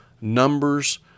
numbers